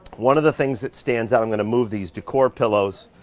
one of the things that stands out i'm going to move these decor pillows